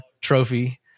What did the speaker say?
trophy